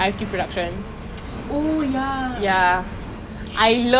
um !wah! you mean like yuvan shankar raja makes good music though